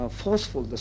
forceful